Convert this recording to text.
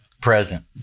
present